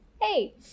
Hey